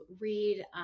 read